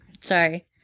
Sorry